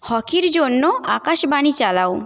হকির জন্য আকাশবাণী চালাও